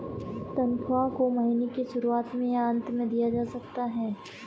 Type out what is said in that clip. तन्ख्वाह को महीने के शुरुआत में या अन्त में दिया जा सकता है